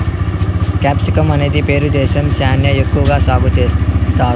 capsicum అనేది Peru దేశంలో శ్యానా ఎక్కువ సాగు చేత్తారు